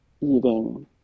eating